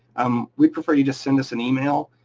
um we prefer you just send us an email.